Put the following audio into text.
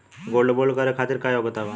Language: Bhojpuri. गोल्ड बोंड करे खातिर का योग्यता बा?